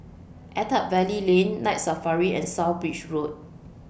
Attap Valley Lane Night Safari and South Bridge Road